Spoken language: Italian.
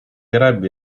caraibi